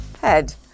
head